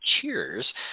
Cheers